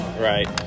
right